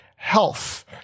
Health